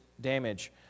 damage